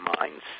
minds